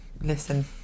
listen